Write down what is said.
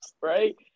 right